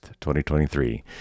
2023